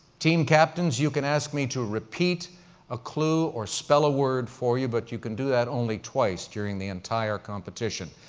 team captains, you can ask me to repeat a clue or spell a word for you, but you can do that only twice during the entire competition.